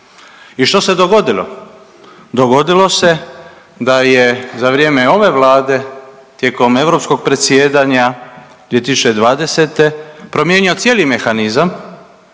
I što se dogodilo? Dogodilo se da je za vrijeme ove vlade tijekom europskog predsjedanja 2020. promijenio cijeli mehanizam